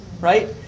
right